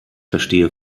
verstehe